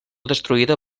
destruïda